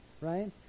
right